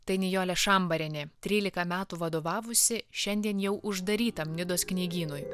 tai nijolė šambarienė trylika metų vadovavusi šiandien jau uždarytam nidos knygynui